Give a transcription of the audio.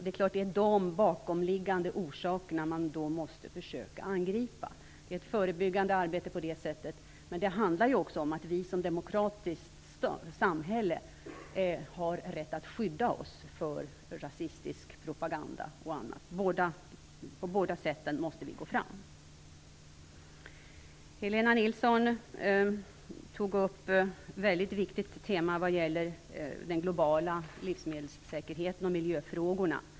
Dessa bakomliggande orsaker måste vi försöka angripa med förebyggande arbete. Men det handlar också om att vi i ett demokratiskt samhälle har rätt att skydda oss mot rasistisk propaganda. Vi måste gå fram med båda dessa sätt. Helena Nilsson tog upp väldigt viktiga teman, nämligen den globala livsmedelssäkerheten och miljöfrågorna.